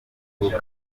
mashya